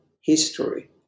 history